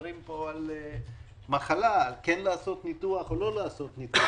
מדברים על מחלה, כן או לא לעשות ניתוח.